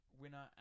Winner